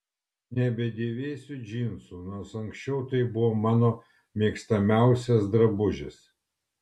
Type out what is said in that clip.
nebedėviu džinsų nors anksčiau tai buvo mano mėgstamiausias drabužis